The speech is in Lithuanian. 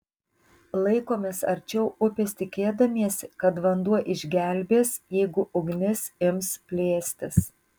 laikomės arčiau upės tikėdamiesi kad vanduo išgelbės jeigu ugnis ims plėstis